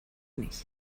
nicht